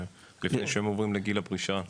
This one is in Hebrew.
לפני שהם עוברים לגיל הפרישה,